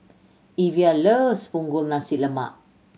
Evia loves Punggol Nasi Lemak